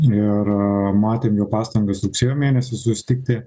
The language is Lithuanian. ir matėm jo pastangas rugsėjo mėnesį susitikti